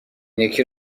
یکی